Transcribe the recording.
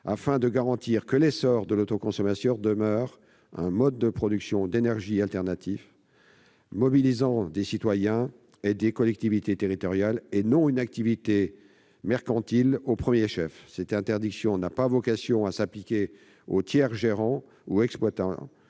afin de garantir que l'essor de l'autoconsommation demeure un mode de production d'énergie alternatif mobilisant des citoyens et des collectivités territoriales, et non une activité mercantile au premier chef. Cette interdiction n'a pas vocation à s'appliquer aux tiers gérants ou exploitant